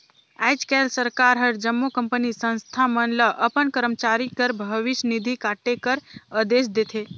आएज काएल सरकार हर जम्मो कंपनी, संस्था मन ल अपन करमचारी कर भविस निधि काटे कर अदेस देथे